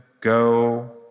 Go